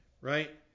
right